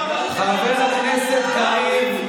חברת כנסת אחרת,